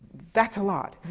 that's a lot!